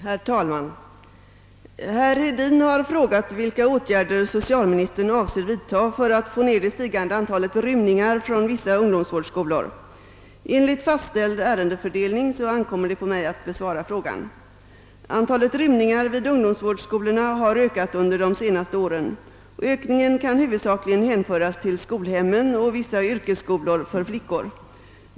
Herr talman! Herr Hedin har frågat vilka åtgärder socialministern avser vidta för att få ned det stigande antalet rymningar från vissa ungdomsvårdsskolor. Enligt fastställd ärendefördelning ankommer det på mig att besvara frågan. Antalet rymningar vid ungdomsvårdsskolorna har ökat under de senaste åren. Ökningen kan huvudsakligen hänföras till skolhemmen och vissa yrkesskolor för flickor.